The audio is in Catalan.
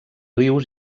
rius